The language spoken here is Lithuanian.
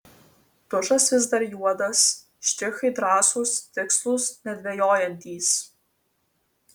tušas vis dar juodas štrichai drąsūs tikslūs nedvejojantys